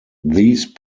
these